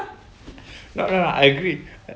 yeah I agree